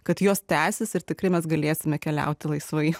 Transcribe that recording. kad jos tęsis ir tikrai mes galėsime keliauti laisvai